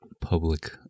public